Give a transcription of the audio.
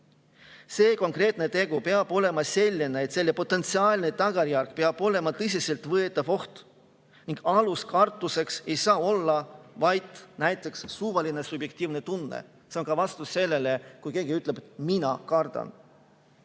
See konkreetne tegu peab olema selline, et selle potentsiaalne tagajärg peab olema tõsiselt võetav oht ning kartuse alus ei saa olla vaid näiteks suvaline subjektiivne tunne. See on ka vastus sellele, kui keegi ütleb: "Mina kardan."